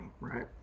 right